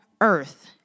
earth